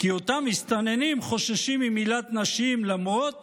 אותם מסתננים חוששים ממילת נשים למרות